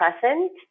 present